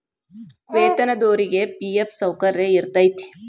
ವೇತನದೊರಿಗಿ ಫಿ.ಎಫ್ ಸೌಕರ್ಯ ಇರತೈತಿ